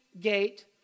gate